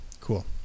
Cool